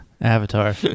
Avatar